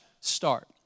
start